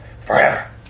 forever